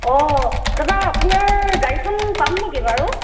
অঁ দাদা আপোনাৰ গাড়ীখন পাম নেকি বাৰু